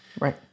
right